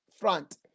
front